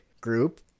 group